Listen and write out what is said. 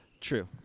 True